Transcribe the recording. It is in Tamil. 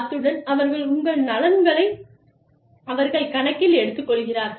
அத்துடன் அவர்கள் உங்கள் நலன்களை அவர்கள் கணக்கில் எடுத்துக்கொள்கிறார்கள்